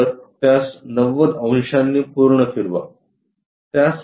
तर त्यास 90 अंशांनी पूर्णपणे फिरवा